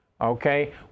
Okay